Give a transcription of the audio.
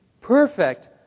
perfect